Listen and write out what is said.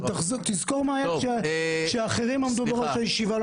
תזכור מה היה כשאחרים עמדו בראש הישיבה.